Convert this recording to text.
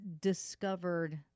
discovered